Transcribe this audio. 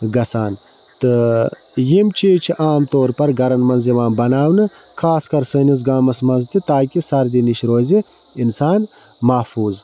گَژھان تہٕ یِم چیٖز چھِ عام طور پر گَرَن مَنٛز یِوان بَناونہٕ خاص کَر سٲنِس گامَس مَنٛز تہِ تاکہِ سردی نِش روزِ اِنسان محفوٗظ